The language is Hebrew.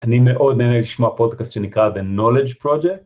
אני מאוד נהנה לשמוע פודקאסט שנקרא The Knowledge Project.